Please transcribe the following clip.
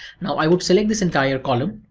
now i would select this entire column.